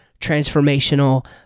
transformational